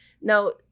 Now